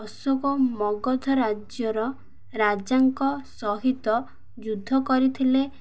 ଅଶୋକ ମଗଧ ରାଜ୍ୟର ରାଜାଙ୍କ ସହିତ ଯୁଦ୍ଧ କରିଥିଲେ